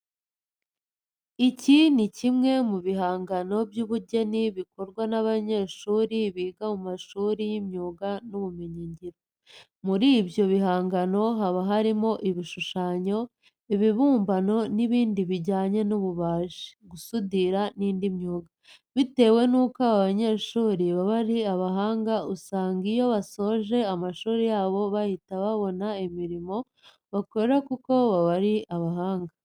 Iki ni kimwe mu bihangano by'ubugeni bikorwa n'abanyeshuri biga mu mashuri y'imyuga n'ibumenyingiro. Muri ibyo bihangano haba harimo ibishushanyo, ibibumbano n'ibindi bijyanye n'ububaji, gusudira n'indi myuga. Bitewe nuko aba banyeshuri baba ari abahanga usanga iyo basoje amashuri yabo bahita babona imirimo bakora kuko baba ari abahanga.